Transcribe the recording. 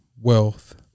wealth